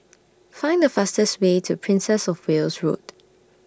Find The fastest Way to Princess of Wales Road